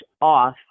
off